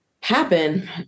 happen